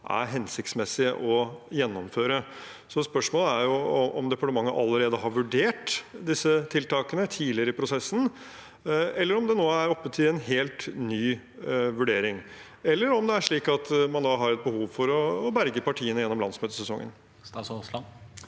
er hensiktsmessige å gjennomføre. Spørsmålet er om departementet allerede har vurdert disse tiltakene tidligere i prosessen, eller om de nå er oppe til en helt ny vurdering – eller om det er slik at man har et behov for å berge partiene gjennom landsmøtesesongen. Statsråd